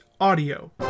Audio